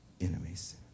enemies